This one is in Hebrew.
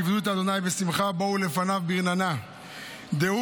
עבדו את השם בשמחה, בואו לפניו ברננה.